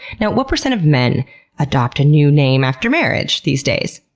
now, what percent of men adopt a new name after marriage these days?